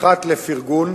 אחד לפרגון,